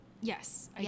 Yes